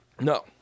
No